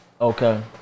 Okay